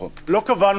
לא קבענו